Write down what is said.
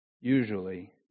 usually